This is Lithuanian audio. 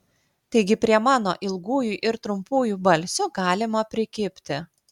taigi prie mano ilgųjų ir trumpųjų balsių galima prikibti